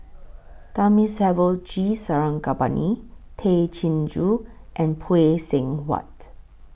Thamizhavel G Sarangapani Tay Chin Joo and Phay Seng Whatt